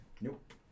Nope